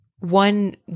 one